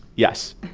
yes,